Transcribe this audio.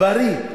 בריא.